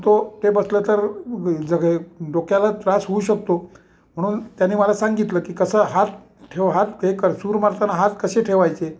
तो ते बसलं तर जग डोक्याला त्रास होऊ शकतो म्हणून त्यानी मला सांगितलं की कसं हात ठेव हात हे कर सूर मारताना हात कसे ठेवायचे